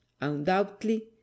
undoubtedly